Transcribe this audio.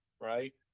right